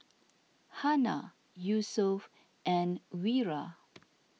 Hana Yusuf and Wira